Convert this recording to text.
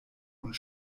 und